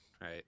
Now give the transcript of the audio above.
right